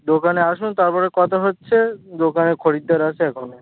দোকানে আসুন তারপরে কথা হচ্ছে দোকানে খরিদ্দার আছে এখনও